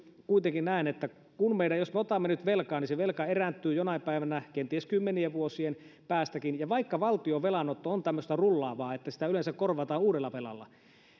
kuitenkin näen että kun jos me otamme nyt velkaa niin se velka erääntyy jonain päivänä kenties kymmenien vuosien päästäkin ja vaikka valtion velanotto on tämmöistä rullaavaa että sitä yleensä korvataan uudella velalla